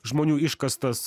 žmonių iškastas